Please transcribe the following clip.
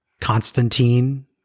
Constantine